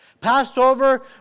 Passover